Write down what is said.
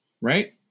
right